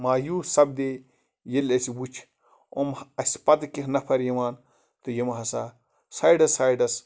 مایوٗس سَپدے ییٚلہِ اَسہِ وٕچھ یِم اَسہِ پَتہٕ کیٚنٛہہ نَفَر یِوان تہٕ یِم ہسا سایڈَس سایڈَس